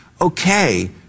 okay